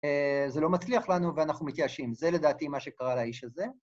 אה... זה לא מצליח לנו ואנחנו מתייאשים. זה לדעתי מה שקרה לאיש הזה.